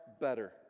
better